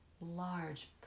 Large